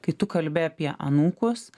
kai tu kalbi apie anūkus